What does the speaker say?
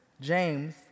James